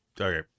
Okay